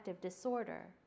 disorder